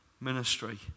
ministry